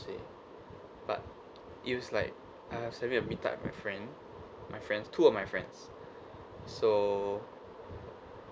but it was like I was having a meet-up with my friend my friends two of my friends so